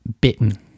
bitten